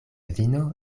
vino